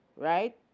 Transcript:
Right